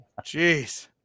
Jeez